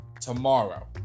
tomorrow